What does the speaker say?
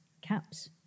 caps